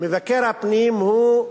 מבקר הפנים הוא,